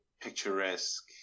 picturesque